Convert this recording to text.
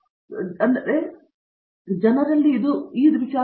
ಅದು ಸರಿ ಎಂದು ಬಂದಾಗ ಜನರು ಕೊರತೆಯಿರುವ ವಿಷಯ